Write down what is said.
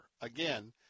again